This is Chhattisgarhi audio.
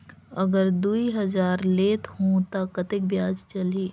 अगर दुई हजार लेत हो ता कतेक ब्याज चलही?